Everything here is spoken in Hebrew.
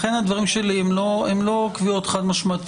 לכן הדברים שלי הם לא קביעות חד-משמעיות.